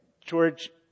George